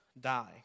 die